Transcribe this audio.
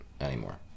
anymore